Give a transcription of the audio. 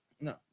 No